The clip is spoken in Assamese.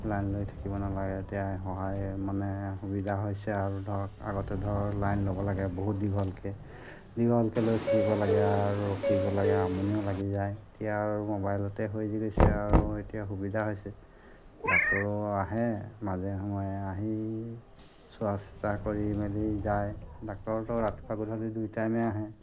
লাইন লৈ থাকিব নালাগে এতিয়া সহায় মানে সুবিধা হৈছে আৰু ধৰক আগতে ধৰ লাইন ল'ব লাগে বহুত দীঘলকৈ দীঘলকৈ লৈ থাকিব লাগে আৰু ৰখিব লাগে আমনিও লাগি যায় এতিয়া আৰু মোবাইলতে হৈ গৈছে আৰু এতিয়া সুবিধা হৈছে ডাক্তৰো আহে মাজে সময়ে আহি চোৱা চিতা কৰি মেলি যায় ডাক্টৰতো ৰাতিপুৱা গধূলি দুই টাইমেই আহে